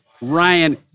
Ryan